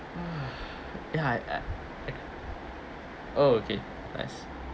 a'ah ya I eh oh okay nice